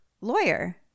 lawyer